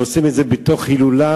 ועושים את זה בתוך הילולה.